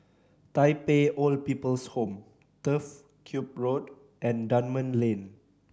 Tai Pei Old People's Home Turf Ciub Road and Dunman Lane